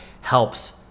helps